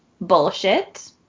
Bullshit